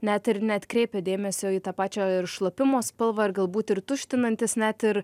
net ir neatkreipia dėmesio į tą pačią ir šlapimo spalvą ir galbūt ir tuštinantis net ir